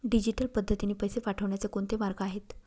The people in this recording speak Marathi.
डिजिटल पद्धतीने पैसे पाठवण्याचे कोणते मार्ग आहेत?